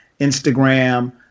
Instagram